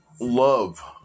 love